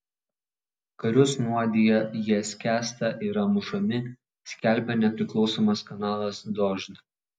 karius nuodija jie skęsta yra mušami skelbia nepriklausomas kanalas dožd